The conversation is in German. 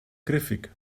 griffig